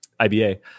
iba